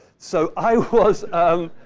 so, i was. um